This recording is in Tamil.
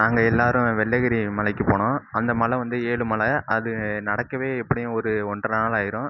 நாங்கள் எல்லாரும் வெள்ளகிரி மலைக்கு போனோம் அந்த மலை வந்து ஏழு மலை அது நடக்கவே எப்படியும் ஒரு ஒன்றரை நாள் ஆகிடும்